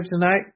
tonight